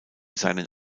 seinen